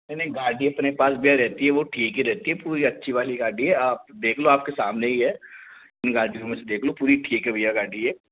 नहीं नहीं गाड़ी अपने पास भी रहती है वो ठीक ही रहती है पूरी अच्छी वाली गाड़ी है आप देख लो आपके सामने ही है इन गाड़ियों में से देख लो पूरी ठीक है भैया गाड़ी ये